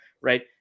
right